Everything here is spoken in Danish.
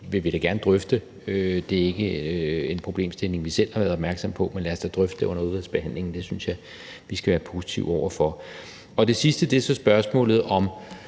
vil vi da gerne drøfte. Det er ikke en problemstilling, vi selv har været opmærksomme på, men lad os da drøfte det under udvalgsbehandlingen. Det synes jeg vi skal være positive over for. Det sidste er så spørgsmålet om